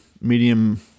medium